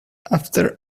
after